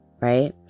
right